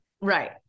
Right